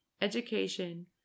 education